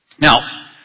Now